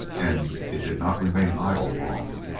and it did not remain idle long.